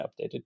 updated